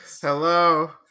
Hello